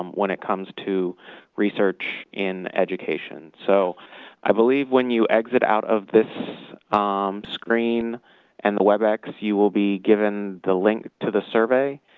um when it comes to research in education. so i believe when you exit out of this screen and the webex, you will be given the link to the survey.